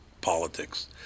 politics